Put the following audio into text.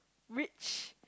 rich